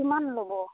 কিমান ল'ব